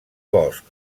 bosc